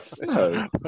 no